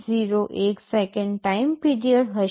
01 second time period હશે